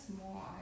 more